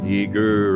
eager